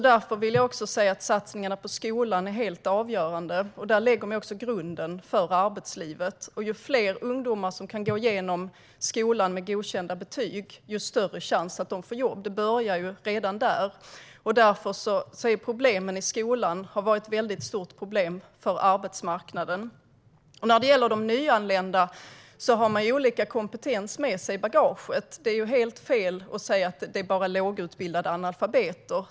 Därför vill jag säga att satsningarna på skolan är helt avgörande. Där lägger man också grunden för arbetslivet. Ju fler ungdomar som kan gå igenom skolan med godkända betyg, desto större chans att fler får jobb. Det börjar ju redan där. Därför har problemen i skolan varit ett väldigt stort problem för arbetsmarknaden. De nyanlända har olika kompetens med sig i bagaget. Det är helt fel att säga att det bara är lågutbildade analfabeter.